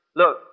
look